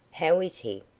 how is he?